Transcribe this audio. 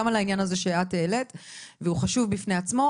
גם על העניין הזה שאת העלית והוא חשוב בפני עצמו.